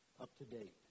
up-to-date